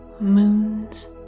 moons